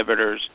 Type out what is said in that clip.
inhibitors